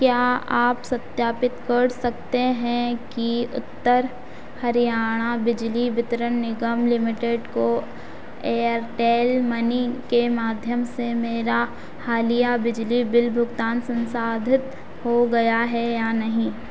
क्या आप सत्यापित कर सकते हैं कि उत्तर हरियाणा बिजली वितरण निगम लिमिटेड को एयरटेल मनी के माध्यम से मेरा हालिया बिजली बिल भुगतान सन्साधित हो गया है या नहीं